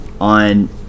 on